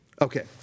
Okay